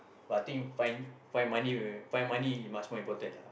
but I think find find money maybe find money it's much more important lah